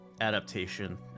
adaptation